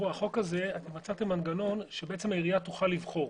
החוק הזה, מצאתם מנגנון שהעירייה תוכל לבחור